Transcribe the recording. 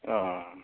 अ